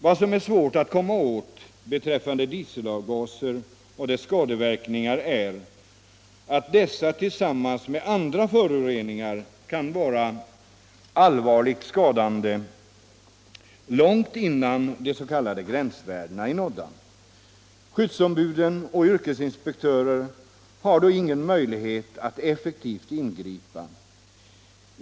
Vad som är svårt att komma åt beträffande dieselavgaserna är att de tillsammans med andra föroreningar kan vara allvarligt skadande långt innan de s.k. gränsvärdena är nådda. Skyddsombud och yrkesinspektörer har då ingen möjlighet att effektivt ingripa.